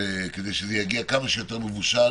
כדי שזה יגיע כמה שיותר מבושל